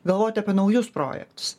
galvoti apie naujus projektus